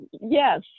yes